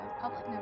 public